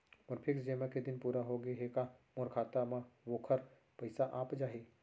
मोर fix जेमा के दिन पूरा होगे हे का मोर खाता म वोखर पइसा आप जाही?